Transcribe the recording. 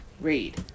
read